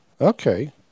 Okay